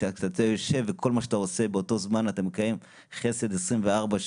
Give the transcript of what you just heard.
כשאתה יושב וכל מה שאתה עושה באותו זמן אתה מקיים חסד 24/7,